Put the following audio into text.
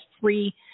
free